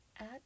add